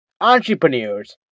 entrepreneurs